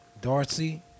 Darcy